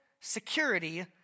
security